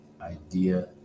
idea